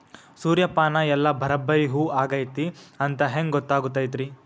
ಸೂರ್ಯಪಾನ ಎಲ್ಲ ಬರಬ್ಬರಿ ಹೂ ಆಗೈತಿ ಅಂತ ಹೆಂಗ್ ಗೊತ್ತಾಗತೈತ್ರಿ?